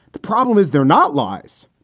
the problem is they're not lies.